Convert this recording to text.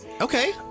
Okay